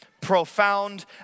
profound